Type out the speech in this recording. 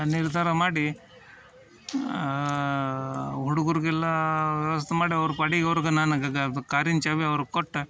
ನಿರ್ಧಾರ ಮಾಡಿ ಹುಡುಗ್ರಿಗೆಲ್ಲ ವ್ಯವಸ್ಥೆ ಮಾಡಿ ಅವ್ರ ಪಾಡಿಗೆ ಅವ್ರಿಗ ನಾನು ಕಾರಿನ ಚಾವಿ ಅವ್ರಿಗೆ ಕೊಟ್ಟು